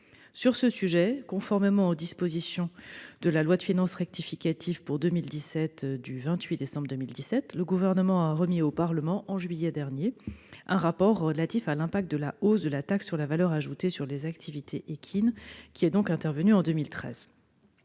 Sur ce sujet, conformément aux dispositions de la loi du 28 décembre 2017 de finances rectificative pour 2017, le Gouvernement a remis au Parlement, en juillet dernier, un rapport relatif à l'impact de la hausse de la taxe sur la valeur ajoutée sur les activités équines, intervenue en 2013.